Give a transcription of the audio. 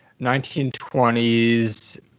1920s